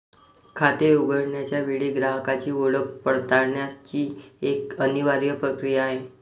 खाते उघडण्याच्या वेळी ग्राहकाची ओळख पडताळण्याची एक अनिवार्य प्रक्रिया आहे